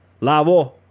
Lavo